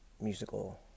musical